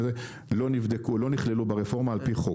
לא נכללו ברפורמה על פי חוק.